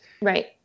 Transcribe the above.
Right